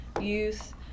youth